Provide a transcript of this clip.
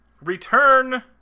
Return